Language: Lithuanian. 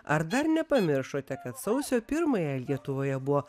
ar dar nepamiršote kad sausio pirmąją lietuvoje buvo